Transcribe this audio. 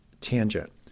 tangent